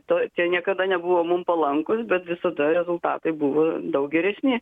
to tie niekada nebuvo mum palankūs bet visada rezultatai buvo daug geresni